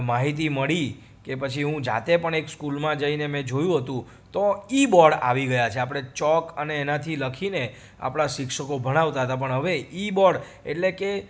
માહિતી મળી કે પછી હું જાતે પણ એક સ્કૂલમાં જઈને મેં જોયું હતું તો ઇબોર્ડ આવી ગયા છે આપણે ચોકને એનાથી લખીને આપણા શિક્ષકો ભણાવતા હતા પણ હવે ઇબોર્ડ એટલે કે